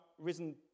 risen